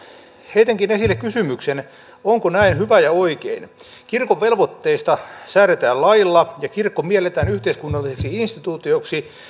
heitänkin esille kysymyksen onko näin hyvä ja oikein kirkon velvoitteista säädetään lailla ja kirkko mielletään yhteiskunnalliseksi instituutioksi